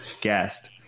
guest